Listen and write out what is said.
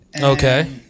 Okay